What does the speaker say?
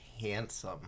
handsome